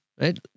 Right